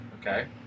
Okay